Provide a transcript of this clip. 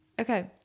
Okay